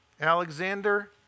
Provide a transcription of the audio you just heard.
Alexander